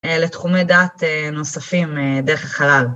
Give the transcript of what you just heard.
לתחומי דעת נוספים דרך החלל.